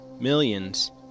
millions